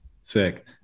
sick